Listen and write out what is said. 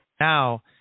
now